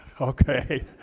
Okay